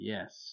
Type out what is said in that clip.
Yes